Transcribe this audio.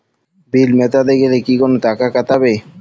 বিল মেটাতে গেলে কি কোনো টাকা কাটাবে?